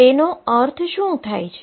તેનો અર્થ શું થાય છે